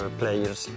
players